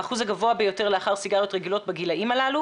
האחוז הגבוה ביותר לאחר סיגריות רגילות בגילאים הללו.